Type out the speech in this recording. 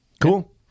Cool